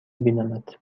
بینمت